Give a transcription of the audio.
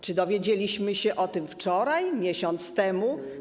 Czy dowiedzieliśmy się o tym wczoraj, miesiąc temu?